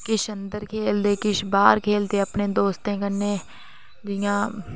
किश अंदर खेलदे किश बाहर खेलदे ना अपने दोस्तें कन्नै जि'यां